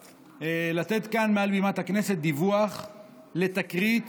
לתת כאן על במת הכנסת דיווח על תקרית